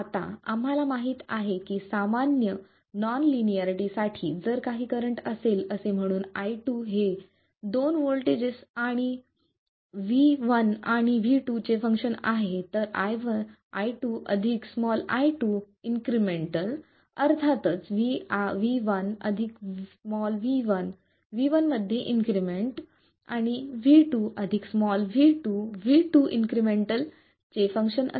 आता आम्हाला माहित आहे की सामान्य नॉन लिनियरिटी साठी जर काही करंट असेल असे म्हणून I2 हे दोन व्होल्टेजेस V1 आणि V2 चे फंक्शन आहे तर I2 i2 इन्क्रिमेंटल अर्थातच V1 v1 V1 मध्ये इन्क्रिमेंट आणि V2 v2 V2 इन्क्रिमेंटल चे फंक्शन असेल